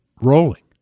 rolling